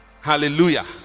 hallelujah